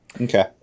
okay